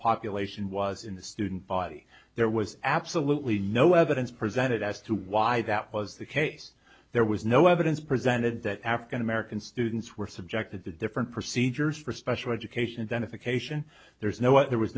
population was in the student body there was absolutely no evidence presented as to why that was the case there was no evidence presented that african american students were subjected to different procedures for special education benefit cation there is no what there was